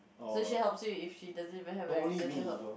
Shu-Xuan helps you if she doesn't even have a reason to help